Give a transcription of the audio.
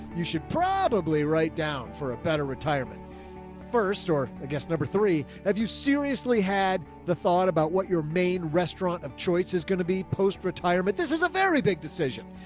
you should probably write down for a better retirement first, or i guess, number three, have you seriously had. the thought about what your main restaurant of choice is going to be post retirement. this is a very big decision.